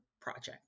project